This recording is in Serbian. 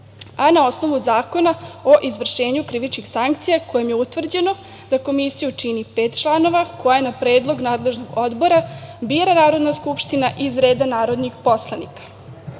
a na osnovu Zakona o izvršenju krivičnih sankcija kojim je utvrđeno da Komisiju čini pet članova koje na predlog nadležnog odbora bira Narodna skupština iz reda narodnih poslanika. Komisija